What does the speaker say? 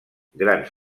grans